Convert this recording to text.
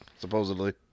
supposedly